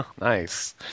Nice